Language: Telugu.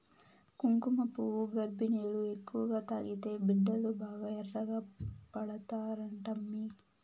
కుంకుమపువ్వు గర్భిణీలు ఎక్కువగా తాగితే బిడ్డలు బాగా ఎర్రగా పడతారంటమ్మీ